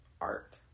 art